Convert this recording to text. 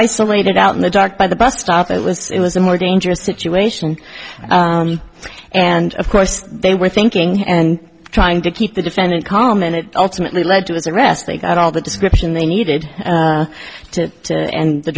isolated out in the dark by the bus stop it was it was a more dangerous situation and of course they were thinking and trying to keep the defendant calm and it ultimately led to his arrest they got all the description they needed to and the